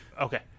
okay